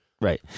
Right